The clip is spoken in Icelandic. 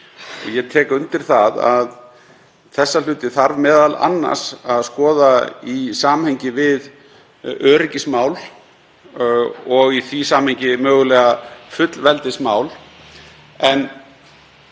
Ég tek undir það að þessa hluti þarf m.a. að skoða í samhengi við öryggismál og í því samhengi mögulega fullveldismál. En